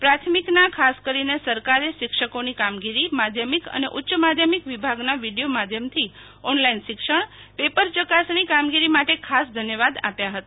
પ્રાથમિકના ખાસ કરીને સરકારી શિક્ષકોની કામગીરી માધ્યમિક અને ઉચ્ચ માધ્યમિક વિભાગના વિડીયો માધ્યમથી ઓનલાઈન શિક્ષણ પેપર ચકાસણી કામગીરી માટે ખાસ ધન્યવાદ આપ્યા હતા